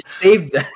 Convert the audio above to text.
saved